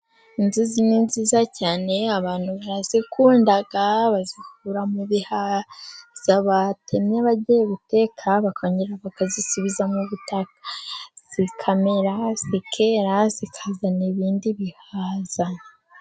Inzuzi ni nziza cyane abantu bazikunda bazikura mu bihaza batemye bagiye guteka bakongera bakazisubiza mu butaka zikamera, zikera, zikazana ibindi bihaza.